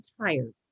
tired